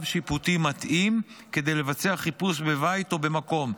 שיפוטי מתאים כדי לבצע חיפוש בבית או במקום,